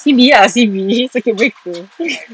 C_B ah C_B circuit breaker